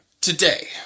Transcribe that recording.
Today